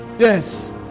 Yes